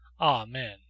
Amen